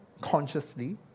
consciously